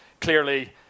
clearly